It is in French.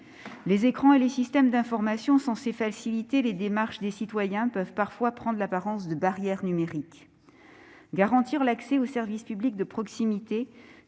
Les écrans et les systèmes d'information, censés faciliter les démarches des citoyens, s'apparentent parfois à des barrières numériques. Garantir l'accès aux services publics de proximité,